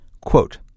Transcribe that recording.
quote